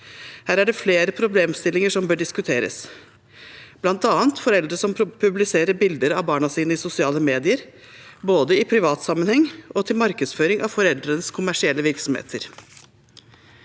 Her er det flere problemstillinger som bør diskuteres, bl.a. foreldre som publiserer bilder av barna sine i sosiale medier både i privat sammenheng og til markedsføring av foreldrenes kommersielle virksomheter.